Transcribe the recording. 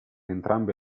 entrambe